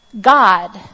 God